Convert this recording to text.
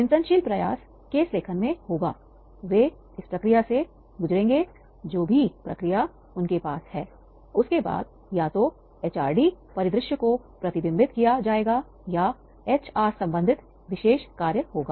चिंतनशील प्रयास केस लेखन में होगा वे इस प्रक्रिया से गुजरेंगे जो भी प्रक्रिया उनके पास है उसके बाद या तो एचआरडी परिदृश्य को प्रतिबिंबित किया जाएगा या एच आर संबंधित विशेष कार्य होगा